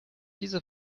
diese